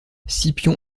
scipion